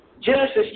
Genesis